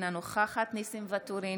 אינה נוכחת ניסים ואטורי,